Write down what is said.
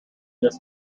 this